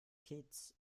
kitts